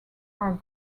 are